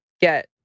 get